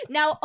Now